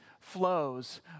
flows